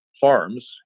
farms